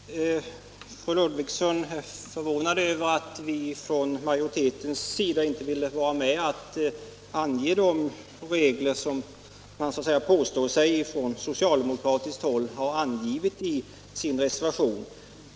Herr talman! Fru Ludvigsson är förvånad över att majoriteten inte ville ta med de regler som socialdemokraterna påstår sig ha angivit i sin reservation.